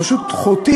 אתם פשוט חוטאים,